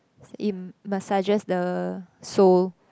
massages the sole